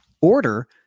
order